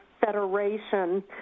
Federation